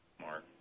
Mark